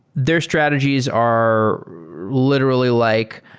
their strategies are literally like,